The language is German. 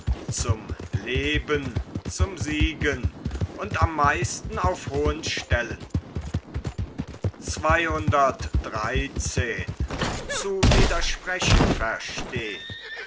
zum leben zum siegen und am meisten auf hohen stellen